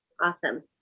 Awesome